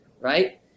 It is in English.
right